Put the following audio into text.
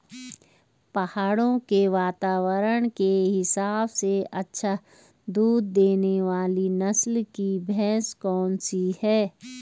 पहाड़ों के वातावरण के हिसाब से अच्छा दूध देने वाली नस्ल की भैंस कौन सी हैं?